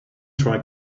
try